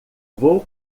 vou